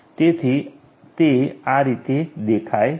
તેથી તે આ રીતે દેખાય છે